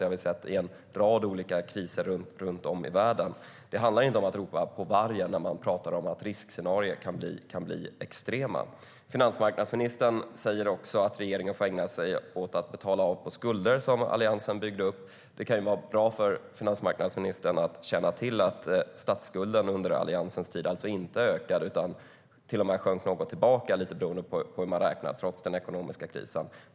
Det har vi sett i fråga om en rad olika kriser runt om i världen. Det handlar inte om att ropa på vargen när man pratar om att riskscenarier kan bli extrema. Finansmarknadsministern säger att regeringen får ägna sig åt att betala av på skulder som Alliansen byggde upp. Det kan vara bra för finansmarknadsministern att känna till att statsskulden under Alliansens tid inte ökade utan till och med sjönk något, lite beroende på hur man räknar, trots den ekonomiska krisen.